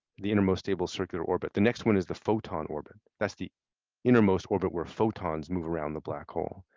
the inner most stable sort of orbit. the next one is the photon orbit. that's the inner most orbit where foe tons move around the black hole.